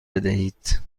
بدهید